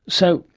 so,